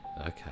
Okay